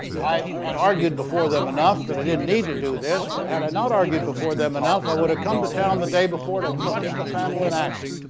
i had argued before them enough that it didn't need to do this but had i not argued before them enough i would have come to town the day before to watch the panel in action,